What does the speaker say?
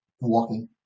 walking